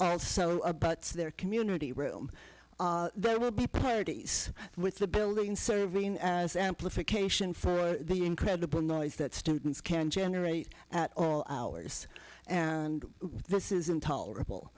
also abut their community room there will be parties with the building serving as amplification for the incredible noise that students can generate at all hours and this is intolerable